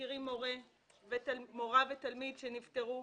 מכירים מורה ותלמיד שנפטרו.